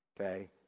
Okay